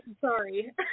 sorry